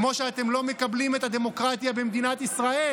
כמו שאתם לא מקבלים את הדמוקרטיה במדינת ישראל,